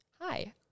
hi